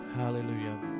Hallelujah